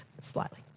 Slightly